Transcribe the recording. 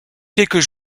quelques